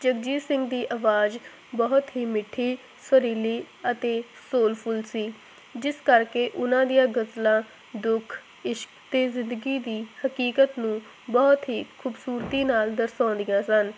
ਜਗਜੀਤ ਸਿੰਘ ਦੀ ਆਵਾਜ਼ ਬਹੁਤ ਹੀ ਮਿੱਠੀ ਸੁਰੀਲੀ ਅਤੇ ਸੋਲਫੁਲ ਸੀ ਜਿਸ ਕਰਕੇ ਉਹਨਾਂ ਦੀਆਂ ਗਜ਼ਲਾਂ ਦੁੱਖ ਇਸ਼ਕ ਅਤੇ ਜ਼ਿੰਦਗੀ ਦੀ ਹਕੀਕਤ ਨੂੰ ਬਹੁਤ ਹੀ ਖੂਬਸੂਰਤੀ ਨਾਲ ਦਰਸਾਉਂਦੀਆਂ ਸਨ